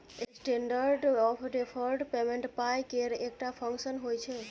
standard of deferred payment पाइ केर एकटा फंक्शन होइ छै